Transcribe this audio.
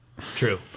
True